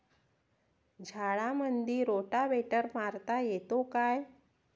झाडामंदी रोटावेटर मारता येतो काय?